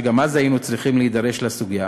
וגם אז היינו צריכים להידרש לסוגיה,